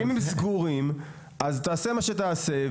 כי אם הם סגורים אז תעשה מה שתעשה,